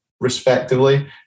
respectively